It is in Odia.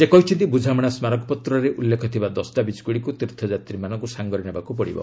ସେ କହିଛନ୍ତି ବୁଝାମଣା ସ୍କାରକପତ୍ରରେ ଉଲ୍ଲେଖଥିବା ଦସ୍ତାବିଜଗୁଡ଼ିକୁ ତୀର୍ଥଯାତ୍ରୀମାନଙ୍କୁ ସାଙ୍ଗରେ ନେବାକୁ ପଡ଼ିବ